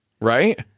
Right